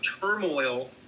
turmoil